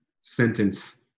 sentence